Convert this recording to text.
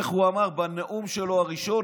איך הוא אמר בנאום שלו הראשון,